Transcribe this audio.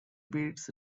beats